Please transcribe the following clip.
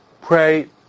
pray